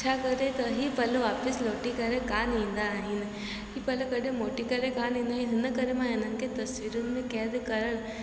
छा करे त हिकु हीअ पल वापसि लौटी करे कोन ईंदा आहिनि हीअ पल कॾहिं मोटी करे कोन ईंदा आहिनि हिन करे मां इन्हनि खे तस्वीरुनि में क़ैदि करणु